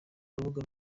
urubuga